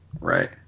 Right